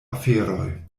aferoj